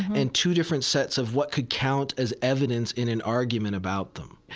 and two different sets of what could count as evidence in an argument about them.